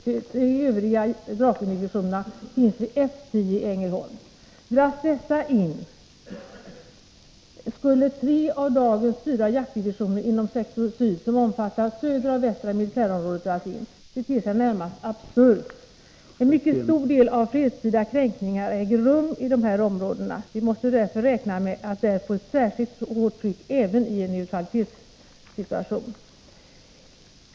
De tre övriga Draken-divisionerna finns vid F 10 i Ängelholm. Dras dessa in skulle tre av dagens fyra jaktdivisioner inom sektor Syd — som omfattar Södra och Västra militärområdena — dras in. Det ter sig närmast absurt. En mycket stor del av fredstida kränkningar äger rum i dessa områden. Vi måste därför räkna med att där få ett särskilt hårt tryck även i en neutralitetssituation.